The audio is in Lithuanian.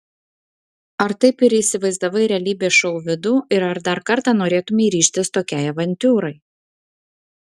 ar taip ir įsivaizdavai realybės šou vidų ir ar dar kartą norėtumei ryžtis tokiai avantiūrai